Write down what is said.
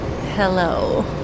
Hello